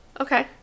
okay